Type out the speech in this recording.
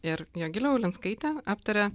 ir jogilė ulinskaitė aptaria